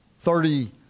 thirty